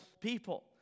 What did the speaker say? people